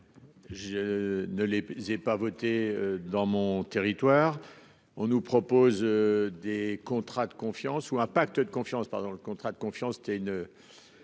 Je ne les ai pas voté dans mon territoire. On nous propose. Des contrats de confiance ou un pacte de confiance pardon le contrat de confiance une.